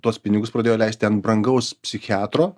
tuos pinigus pradėjo leisti ant brangaus psichiatro